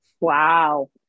Wow